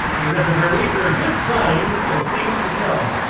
because at the very least they're a good sign of things to come.